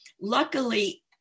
Luckily